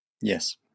yes